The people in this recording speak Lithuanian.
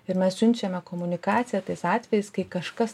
ir mes siunčiame komunikaciją tais atvejais kai kažkas